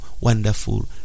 wonderful